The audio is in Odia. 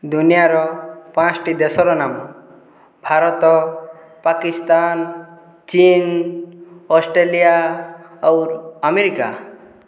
ଦୁନିଆର ପାଞ୍ଚଟି ଦେଶର ନାମ ଭାରତ ପାକିସ୍ତାନ ଚୀନ ଅଷ୍ଟ୍ରେଲିଆ ଆମେରିକା